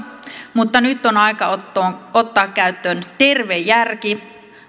mutta nyt on aika ottaa ottaa käyttöön terve järki